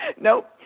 nope